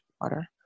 water